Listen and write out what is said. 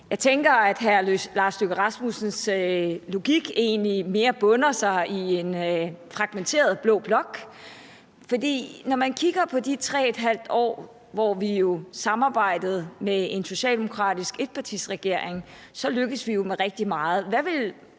Jeg tænker, at hr. Lars Løkke Rasmussens logik egentlig mere bunder i en fragmenteret blå blok, for når man kigger på de 3½ år, hvor vi samarbejdede med en socialdemokratisk etpartiregering, lykkedes vi jo med rigtig meget.